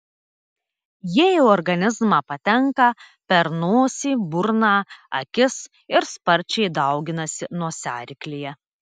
jie į organizmą patenka per nosį burną akis ir sparčiai dauginasi nosiaryklėje